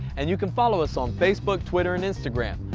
and you can follow us on facebook, twitter and instagram.